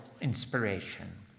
inspiration